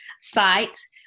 sites